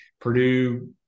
Purdue